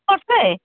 ସତେ